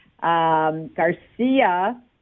Garcia